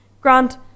grant